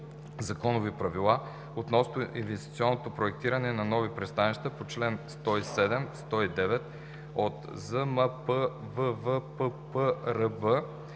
законови правила относно инвестиционното проектиране на нови пристанища по чл. 107–109 от Закона